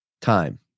time